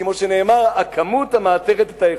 כמו שנאמר: הכמות המעטרת את האיכות,